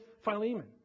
Philemon